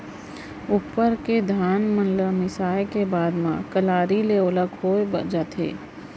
उप्पर के धान मन ल मिसाय के बाद म कलारी ले ओला खोय जाथे